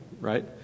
right